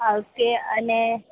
હા ઓકે અને